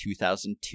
2002